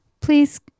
please